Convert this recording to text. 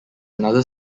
another